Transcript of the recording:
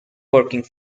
working